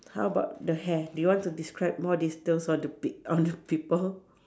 how about the hair do you want to describe more details on the pe~ on the people